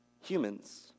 humans